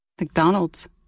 McDonald's